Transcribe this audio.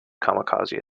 kamikaze